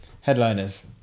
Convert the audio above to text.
headliners